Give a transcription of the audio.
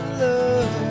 love